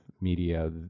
media